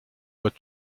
but